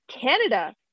Canada